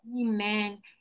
Amen